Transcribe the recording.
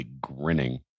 grinning